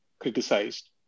Criticized